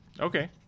Okay